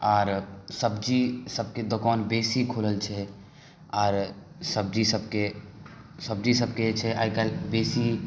आर सब्जी सभके दोकान बेसी खुलल छै आर सब्जी सभके जे छै से आइ काल्हि बेसी